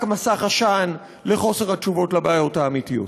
מסך עשן לחוסר התשובות לבעיות האמיתיות.